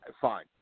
fine